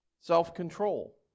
self-control